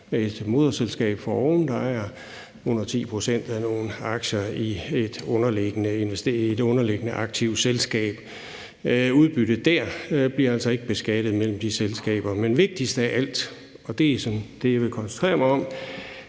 et moderselskab for oven, der ejer under 10 pct. af nogle aktier i et underliggende aktivt selskab, bliver udbyttet dér altså ikke beskattet mellem de selskaber. Men vigtigst af alt, og det er det, jeg vil koncentrere mig om,